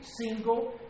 single